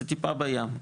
זה טיפה בים,